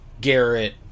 Garrett